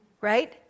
right